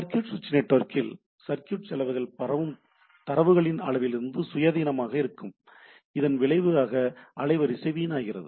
circuit சுவிட்ச் நெட்வொர்க்கில் circuit செலவுகள் பரவும் தரவுகளின் அளவிலிருந்து சுயாதீனமாக இருக்கும் இதன் விளைவாக அலைவரிசை வீணாகிறது